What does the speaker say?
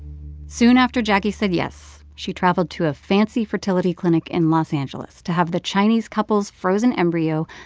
soon after jacquie said yes, she traveled to a fancy fertility clinic in los angeles to have the chinese couple's frozen embryo,